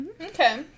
Okay